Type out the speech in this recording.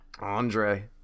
Andre